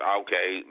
okay